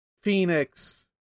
Phoenix